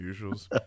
Usuals